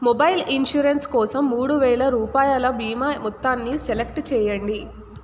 mobile insurance కోసం మూడువేల రూపాయల బీమా మొత్తాన్ని సెలెక్ట్ చేయండి